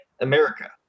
America